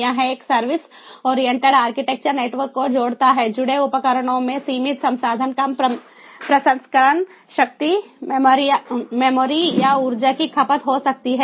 यह एक service oriented architecture network को जोड़ता है जुड़े उपकरणों में सीमित संसाधन कम प्रसंस्करण शक्ति मेमोरी या ऊर्जा की खपत हो सकती है